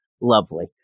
lovely